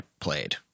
played